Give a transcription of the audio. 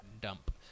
dump